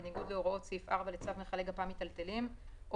בניגוד להוראות סעיף 4 לצו מכלי גפ"מ מיטלטלים או